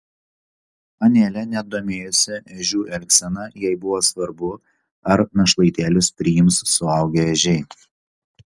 anelė net domėjosi ežių elgsena jai buvo svarbu ar našlaitėlius priims suaugę ežiai